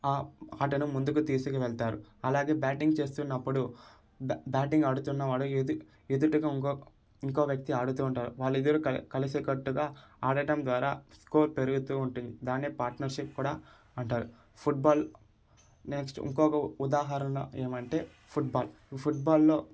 ఆ ఆటను ముందుకు తీసుకు వెళ్తారు అలాగే బ్యాటింగ్ చేస్తున్నపుడు బా బ్యాటింగ్ ఆడుతున్నావాడు ఎదు ఎదుటిగా ఇంకో ఇంకో వ్యక్తి ఆడుతూ ఉంటాడు వాళ్ళు ఇద్దరు క కలిసి కట్టుగా ఆడటం ద్వారా స్కోర్ పెరుగుతూ ఉంటుంది దాన్నే పార్ట్నర్షిప్ కూడా అంటారు ఫుట్బాల్ నెక్స్ట్ ఇంకొక ఉదాహరణ ఏమంటే ఫుట్బాల్ ఫుట్బాల్లో